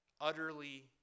Utterly